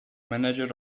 manager